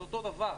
זה אותו דבר.